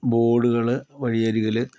ബോഡുകൾ വഴിയരികിൽ